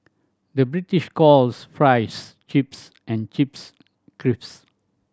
the British calls fries chips and chips